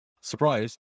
surprise